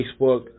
Facebook